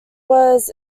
was